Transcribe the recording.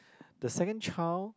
the second child